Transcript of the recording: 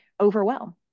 overwhelm